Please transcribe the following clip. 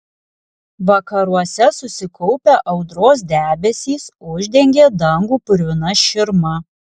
vakaruose susikaupę audros debesys uždengė dangų purvina širma